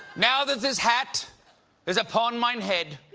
now that this hat is upon my head,